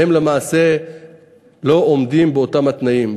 והם למעשה לא עומדים באותם התנאים.